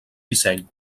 disseny